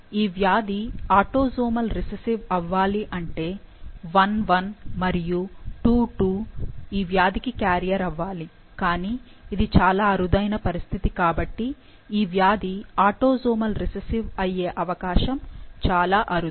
ఈ వ్యాధి autosomal recessive అవ్వాలి అంటే I 1 మరియు II 2 ఈ వ్యాధికి క్యారియర్ అవ్వాలి కానీ ఇది చాలా అరుదైన పరిస్థితి కాబట్టి ఈ వ్యాధి ఆటోసోమల్ రిసెసివ్ అయ్యే అవకాశం చాలా అరుదు